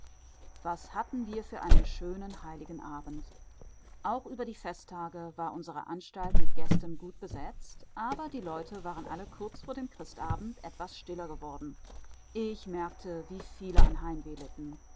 was hatten wir für einen schönen heiligen abend auch über die festtage war unsere anstalt mit gästen gut besetzt aber die leute waren alle kurz vor dem christabend etwas stiller geworden ich merkte wie viele